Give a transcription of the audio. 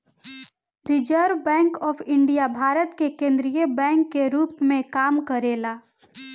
reserve Bank of India Bharat के केंद्रीय bank के रूप में काम करेला